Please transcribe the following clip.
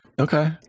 Okay